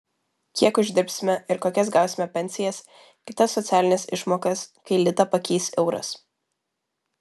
kiek uždirbsime ir kokias gausime pensijas kitas socialines išmokas kai litą pakeis euras